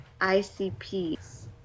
ICP's